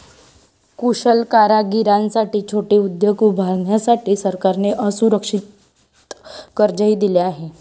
कुशल कारागिरांसाठी छोटे उद्योग उभारण्यासाठी सरकारने असुरक्षित कर्जही दिले आहे